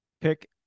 pick